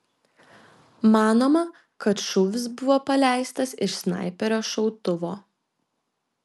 manoma kad šūvis buvo paleistas iš snaiperio šautuvo